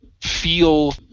feel